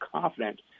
confident